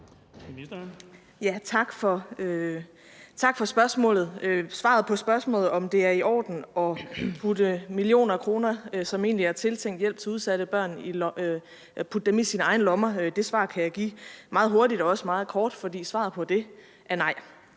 Tak for spørgsmålet. Svaret på spørgsmålet, om det er i orden at putte millioner af kroner, som egentlig er tiltænkt hjælp til udsatte børn, i sine egne lommer, kan jeg give meget hurtigt og også meget kort, for svaret er: Nej.